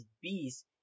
beast